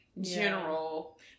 general